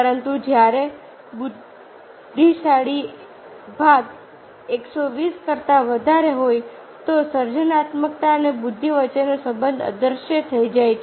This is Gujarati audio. પરંતુ જ્યારે બુદ્ધિશાળી ભાગ 120 કરતા વધારે હોય ત્યારે સર્જનાત્મકતા અને બુદ્ધિ વચ્ચેનો સંબંધ અદૃશ્ય થઈ જાય છે